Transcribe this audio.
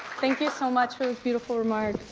thank you so much for those beautiful remarks.